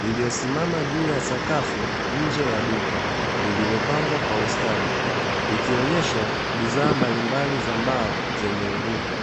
Iliyosimama juu ya sakafu, nje ya duka lililopangwa kwa ustadi, ikionyesha bidhaa mbalimbali za mbao zenye mvuto.